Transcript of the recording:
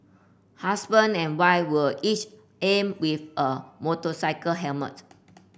husband and wife were each armed with a motorcycle helmet